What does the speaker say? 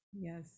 Yes